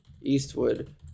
Eastwood